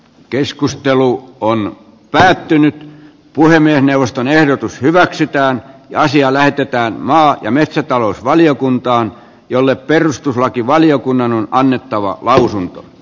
keskustelu on päättynyt puhemiesneuvoston ehdotus hyväksytään ja asia lähetetään maa ja metsätalousvaliokuntaan jolle perustuslakivaliokunnan huomioimaan tässä valmistelutyössä